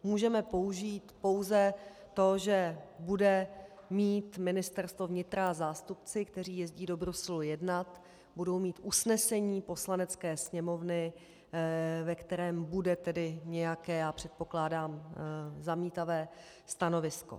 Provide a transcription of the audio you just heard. Můžeme použít pouze to, že bude mít Ministerstvo vnitra a zástupci, kteří jezdí do Bruselu jednat, budou mít usnesení Poslanecké sněmovny, ve kterém bude nějaké já předpokládám zamítavé stanovisko.